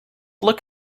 look